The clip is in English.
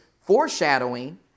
foreshadowing